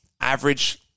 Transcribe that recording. average